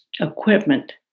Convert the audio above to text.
equipment